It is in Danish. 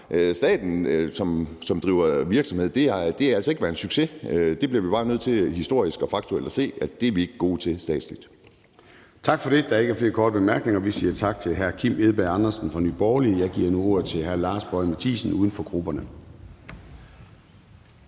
staten driver virksomhed, har det ikke været en succes. Det bliver vi bare nødt til historisk og faktuelt at se at vi ikke er gode til statsligt. Kl. 10:53 Formanden (Søren Gade): Tak for det. Der er ikke flere korte bemærkninger. Vi siger tak til hr. Kim Edberg Andersen fra Nye Borgerlige. Jeg giver nu ordet til hr. Lars Boje Mathiesen, uden for grupperne.